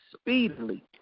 speedily